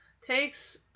Takes